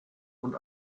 und